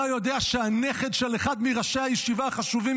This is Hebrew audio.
אתה יודע שהנכד של אחד מראשי הישיבה החשובים